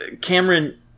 Cameron